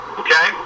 okay